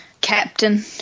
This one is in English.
captain